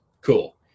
cool